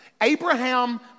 Abraham